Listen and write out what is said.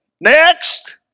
Next